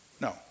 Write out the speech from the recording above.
No